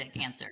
answer